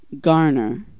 Garner